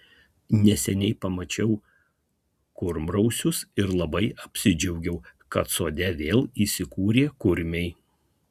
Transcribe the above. neseniai pamačiau kurmrausius ir labai apsidžiaugiau kad sode vėl įsikūrė kurmiai